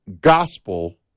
gospel